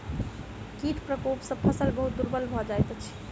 कीट प्रकोप सॅ फसिल बहुत दुर्बल भ जाइत अछि